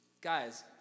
guys